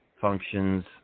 functions